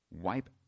wipe